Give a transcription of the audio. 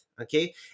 okay